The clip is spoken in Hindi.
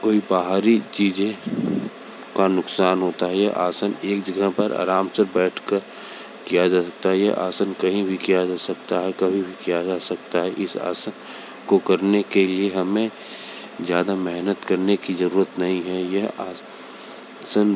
कोई बाहरी चीज़ों का नुकसान होता है यह आसन एक जगह पर आराम से बैठ कर किया जा सकता है ये आसन कहीं भी किया जा सकता है कभी भी किया जा सकता है इस आसन को करने के लिए हमें ज़्यादा मेहनत करने की ज़रूरत नहीं है यह आसन